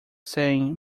saying